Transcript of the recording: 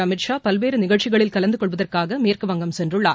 அமித் ஷா பல்வேறு நிகழ்ச்சிகளில் கலந்து கொள்வதற்காக மேற்குவங்கம் சென்றுள்ளார்